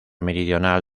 meridional